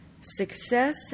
success